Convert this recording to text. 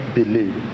believe